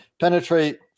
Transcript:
penetrate